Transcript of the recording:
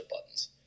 buttons